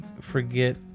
forget